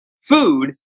food